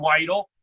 Weidel